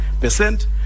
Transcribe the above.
percent